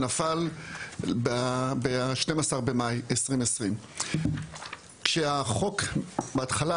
שנפל ב-12 במאי 2020. כשהחוק בהתחלה